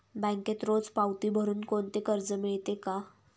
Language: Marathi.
बँकेत रोज पावती भरुन कोणते कर्ज मिळते का?